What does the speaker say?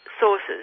sources